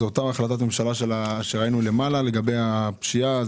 זו אותה החלטת ממשלה שראינו למעלה לגבי הפשיעה?